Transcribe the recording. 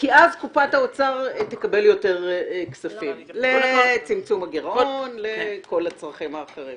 קופת האוצר תקבל יותר כספים לצרכים האחרים.